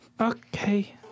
Okay